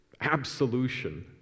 absolution